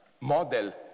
model